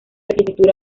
arquitectura